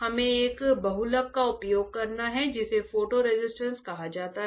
हमें एक बहुलक का उपयोग करना है जिसे फोटो रेसिस्ट कहा जाता है